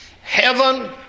heaven